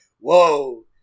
Whoa